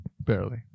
Barely